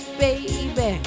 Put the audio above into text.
baby